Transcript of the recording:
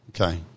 Okay